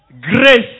grace